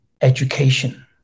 education